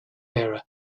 bearer